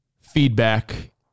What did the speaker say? feedback